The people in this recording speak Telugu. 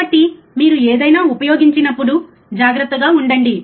కాబట్టి మీరు ఏదైనా ఉపయోగించినప్పుడు జాగ్రత్తగా ఉండండి